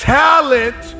talent